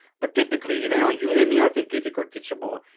but typically, either on udemy, or thinkific, or teachable,